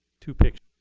two pictures.